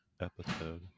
episode